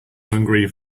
hungry